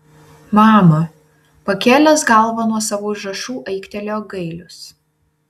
mama pakėlęs galvą nuo savo užrašų aiktelėjo gailius